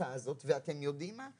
החקיקה הזה ואתם יודעים מה?